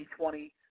2020